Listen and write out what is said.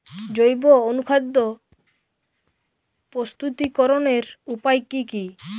জৈব অনুখাদ্য প্রস্তুতিকরনের উপায় কী কী?